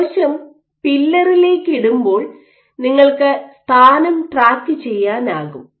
കോശം പില്ലറിലേക്ക് ഇടുമ്പോൾ നിങ്ങൾക്ക് സ്ഥാനം ട്രാക്കു ചെയ്യാനാകും